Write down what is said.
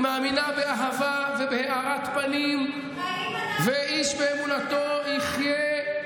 היא מאמינה באהבה ובהארת פנים ואיש באמונתו יחיה,